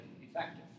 effective